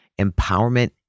empowerment